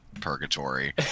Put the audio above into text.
purgatory